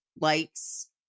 lights